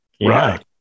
right